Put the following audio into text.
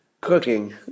Cooking